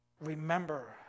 Remember